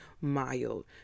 mild